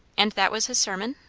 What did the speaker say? and that was his sermon?